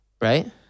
right